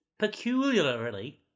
peculiarly